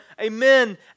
amen